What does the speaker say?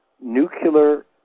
nuclear